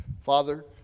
Father